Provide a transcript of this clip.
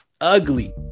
Ugly